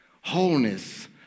wholeness